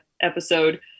episode